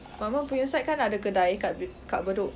my mum punya side kan ada kedai kat b~ kat bedok